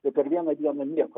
tai per vieną dieną nieko